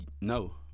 No